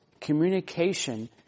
communication